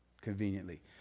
Conveniently